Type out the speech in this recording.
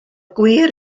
gwir